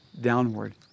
downward